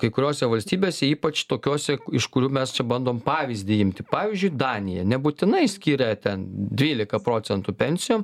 kai kuriose valstybėse ypač tokiose iš kurių mes čia bandom pavyzdį imti pavyzdžiui danija nebūtinai skiria ten dvylika procentų pensijom